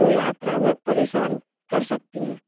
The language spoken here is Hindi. जो यात्रा में परेशान कर सकती हैं